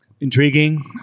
Intriguing